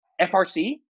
FRC